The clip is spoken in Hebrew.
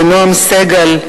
לנועם סגל,